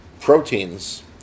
proteins